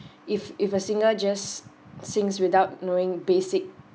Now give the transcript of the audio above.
if if a singer just sings without knowing basic